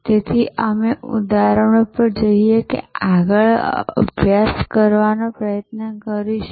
તેથી અમે ઉદાહરણો પર જઈને આગળ અભ્યાસ કરવાનો પ્રયત્ન કરીશું